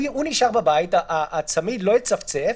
הוא נשאר בבית, הצמיד לא יצפצף,